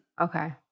Okay